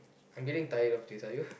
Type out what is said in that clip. I'm getting tired of this are you